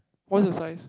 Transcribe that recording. what's your size